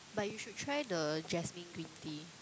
but you should try the jasmine green tea